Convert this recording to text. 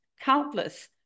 countless